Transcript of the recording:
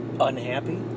unhappy